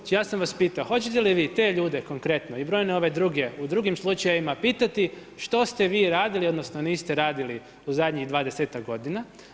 Znači ja sam vas pitao, hoćete li vi te ljude konkretno i brojne ove druge u drugim slučajevima pitati što ste vi radili, odnosno niste radili u zadnjih dvadesetak godina?